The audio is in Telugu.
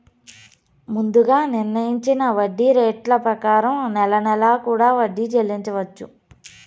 ముందుగా నిర్ణయించిన వడ్డీ రేట్ల ప్రకారం నెల నెలా కూడా వడ్డీ చెల్లించవచ్చు